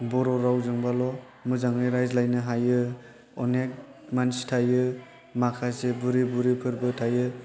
बर' रावजोंबाल' मोजाङै रायज्लायनो हायो अनेक मानसि थायो माखासे बुरि बुरिफोरबो थायो